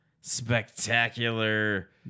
Spectacular